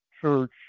Church